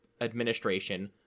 administration